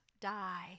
die